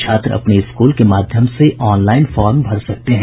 छात्र अपने स्कूल के माध्यम से ऑनलाईन फार्म भर सकते हैं